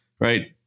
right